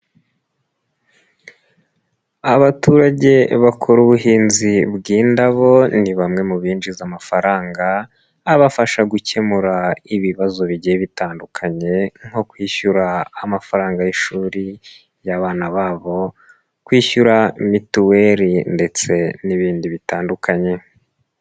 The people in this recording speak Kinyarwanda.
Abaturage bakora ubuhinzi bw'indabo, ni bamwe mu binjiza amafaranga, abafasha gukemura ibibazo bigiye bitandukanye nko kwishyura amafaranga y'ishuri y'abana babo, kwishyura mituweli ndetse n'ibindi bitandukanye.